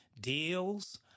deals